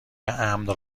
امن